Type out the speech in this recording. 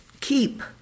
keep